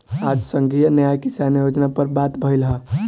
आज संघीय न्याय किसान योजना पर बात भईल ह